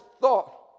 thought